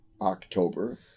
October